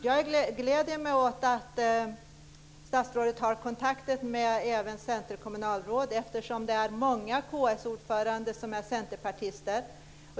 Jag gläder mig åt att statsrådet har kontakter även med centerkommunalråd, eftersom det är många kommunstyrelseordförande som är centerpartister.